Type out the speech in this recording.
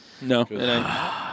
No